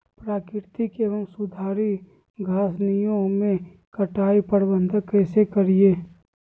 प्राकृतिक एवं सुधरी घासनियों में कटाई प्रबन्ध कैसे करीये?